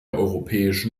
europäische